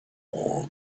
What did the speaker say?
more